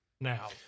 now